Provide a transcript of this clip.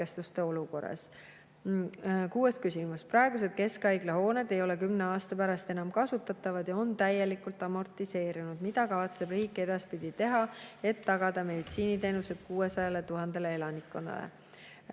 "Praegused keskhaiglate hooned ei ole 10 aasta pärast enam kasutatavad ja on täielikult amortiseerunud. Mida kavatseb riik edaspidi teha, et tagada meditsiiniteenused 600 000 elanikule